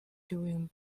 during